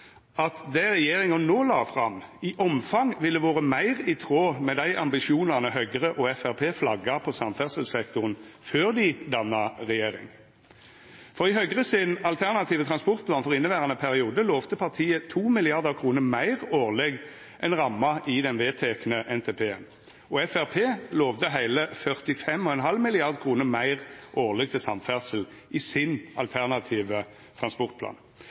at det regjeringa no la fram, i omfang ville vore meir i tråd med dei ambisjonane Høgre og Framstegspartiet flagga på samferdselssektoren før dei danna regjering. I Høgre sin alternative transportplan for inneverande periode lovde partiet 2 mrd. kr meir årleg enn ramma i den vedtekne NTP-en, og Framstegspartiet lovde heile 45,5 mrd. kr årleg til samferdsel i sin alternative transportplan.